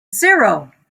zero